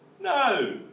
No